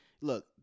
Look